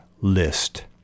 list